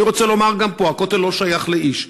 ואני רוצה לומר גם פה: הכותל לא שייך לאיש.